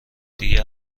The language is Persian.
دیگه